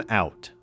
out